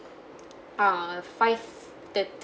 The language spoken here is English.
uh five-thirty